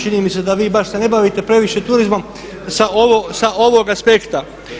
Čini mi se da se vi baš ne bavite previše turizmom sa ovog aspekta.